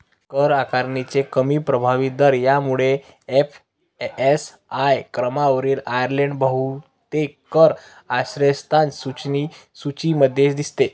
कर आकारणीचे कमी प्रभावी दर यामुळे एफ.एस.आय क्रमवारीत आयर्लंड बहुतेक कर आश्रयस्थान सूचीमध्ये दिसतो